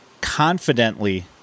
confidently